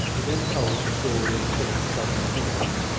he then told the story of philip's sudden appearance,